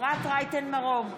אפרת רייטן מרום,